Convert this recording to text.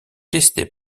testé